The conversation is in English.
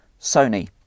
Sony